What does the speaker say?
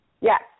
Yes